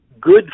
good